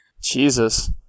Jesus